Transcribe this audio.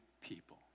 people